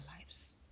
lives